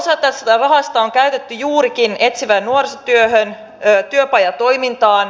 osa tästä rahasta on käytetty juurikin etsivään nuorisotyöhön työpajatoimintaan